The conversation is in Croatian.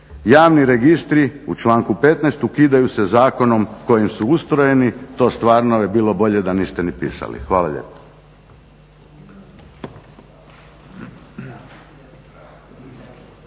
javni registri u članku 15., ukidaju se zakonom kojim su ustrojeni, to stvarno bi bilo bolje da niste ni pisali. Hvala lijepo.